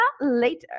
later